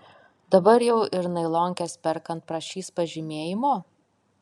dabar jau ir nailonkes perkant prašys pažymėjimo